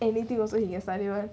anything also he can study meh